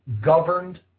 governed